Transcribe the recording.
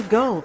go